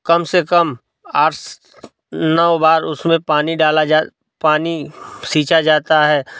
कम से कम आठ स्स नौ बार उसमें पानी डाला जाता है पानी सींचा जाता है